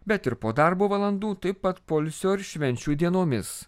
bet ir po darbo valandų taip pat poilsio ar švenčių dienomis